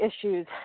issues